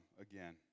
again